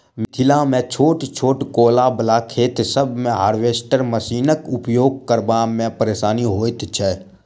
मिथिलामे छोट छोट कोला बला खेत सभ मे हार्वेस्टर मशीनक उपयोग करबा मे परेशानी होइत छै